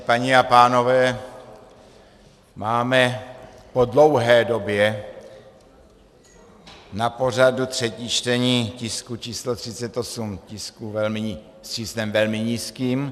Paní a pánové, máme po dlouhé době na pořadu třetí čtení tisku číslo 38, tisku s číslem velmi nízkým.